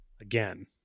again